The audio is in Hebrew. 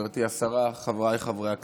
חברתי השרה, חבריי חברי הכנסת,